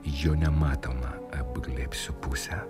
jo nematomą apglėbsiu pusę